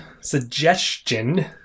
suggestion